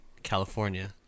california